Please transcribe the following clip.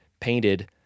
painted